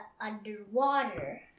underwater